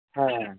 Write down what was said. ᱦᱮᱸ